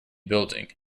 building